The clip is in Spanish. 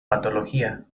patología